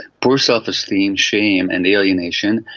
poor self-esteem, shame and alienation,